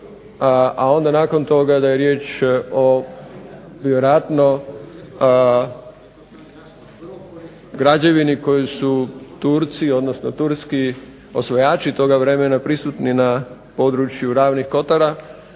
a onda nakon toga da je riječ o vjerojatno građevini koju su Turci, odnosno turski osvajači toga vremena prisutni na području Ravnih kotara